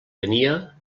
tenia